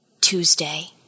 Tuesday